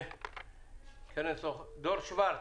דור שוורץ,